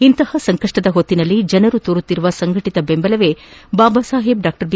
ಇಂತಹ ಸಂಕಷ್ಷದ ಹೊತ್ತಿನಲ್ಲಿ ಜನರು ತೋರುತ್ತಿರುವ ಸಂಘಟಿತ ಬೆಂಬಲವೇ ಬಾಬಾ ಸಾಹೇಬ್ ಡಾ ಬಿ